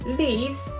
leaves